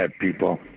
people